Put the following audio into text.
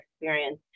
experience